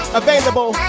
available